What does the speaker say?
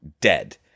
dead